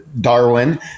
darwin